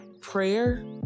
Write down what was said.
prayer